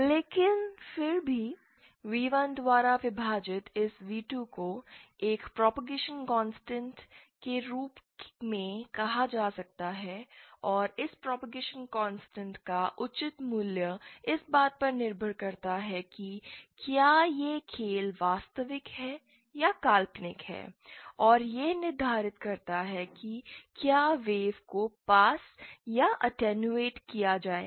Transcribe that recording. लेकिन फिर भी v1 द्वारा विभाजित इस v2 को एक प्रॉपगैजेशन कॉन्स्टेंट के रूप में कहा जा सकता है और इस प्रॉपगैजेशन कॉन्स्टेंट का उचित मूल्य इस बात पर निर्भर करता है कि क्या यह खेल वास्तविक है या काल्पनिक है और यह निर्धारित करता है कि क्या वेव को पास या अटैंयुएट् किया जाएगा